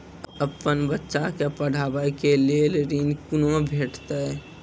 अपन बच्चा के पढाबै के लेल ऋण कुना भेंटते?